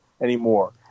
anymore